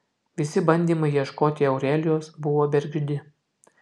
visi bandymai ieškoti aurelijos buvo bergždi